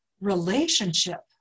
relationship